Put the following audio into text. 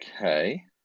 Okay